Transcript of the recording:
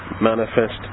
manifest